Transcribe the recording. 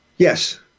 Yes